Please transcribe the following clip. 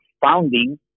founding